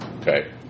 Okay